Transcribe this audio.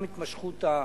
וגם התמשכות השביתה.